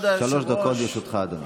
דקות לרשותך, אדוני.